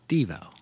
Devo